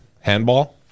Handball